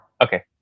Okay